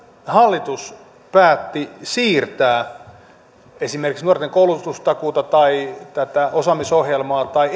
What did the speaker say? hallitus päätti siirtää esimerkiksi nuorten koulutustakuuseen tai tähän osaamisohjelmaan tai